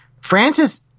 Francis